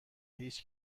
هیچ